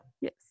Yes